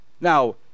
now